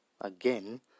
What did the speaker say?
again